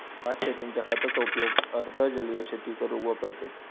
भात शेतींच्या खताचो उपयोग अर्ध जलीय शेती करूक वापरतत